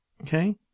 Okay